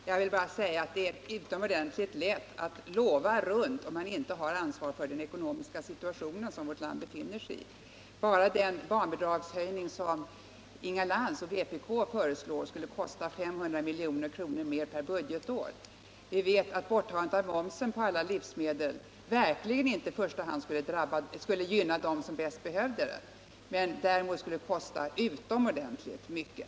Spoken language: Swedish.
Herr talman! Jag vill bara säga att det är utomordentligt lätt att lova runt, om man inte har ansvaret för den ekonomiska situation som vårt land befinner sig i. Bara den barnbidragshöjning som Inga Lantz och vpk föreslår skulle kosta 500 milj.kr. mer per budgetår. Vi vet också att borttagandet av momsen på alla livsmedel verkligen inte skulle gynna i första hand dem som bäst behöver en lättnad, men en sådan åtgärd skulle däremot kosta utomordentligt mycket.